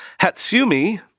Hatsumi